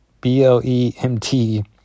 B-L-E-M-T